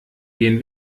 gehen